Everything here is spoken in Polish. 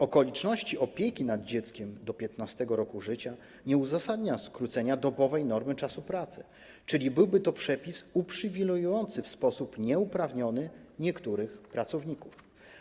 Okoliczność opieki nad dzieckiem do 15. roku życia nie uzasadnia skrócenia dobowej normy czasu pracy, czyli byłby to przepis uprzywilejowujący w sposób nieuprawniony niektórych pracowników.